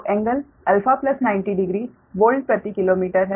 तो कोण α900 वोल्ट प्रति किलोमीटर है